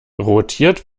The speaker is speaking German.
rotiert